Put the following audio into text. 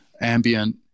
ambient